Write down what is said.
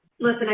listen